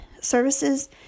services